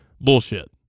bullshit